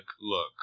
look